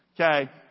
Okay